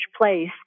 place